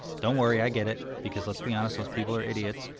don't worry i get it because let's be honest those people are idiots,